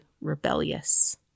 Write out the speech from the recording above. rebellious